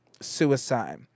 suicide